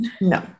No